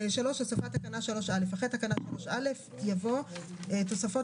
הוספת תקנה 3א 2. אחרי תקנה 3 יבוא: "תוספות